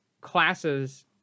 classes